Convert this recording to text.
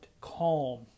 calm